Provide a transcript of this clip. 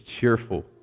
cheerful